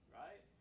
right